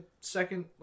second